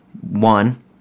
one